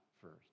first